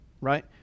right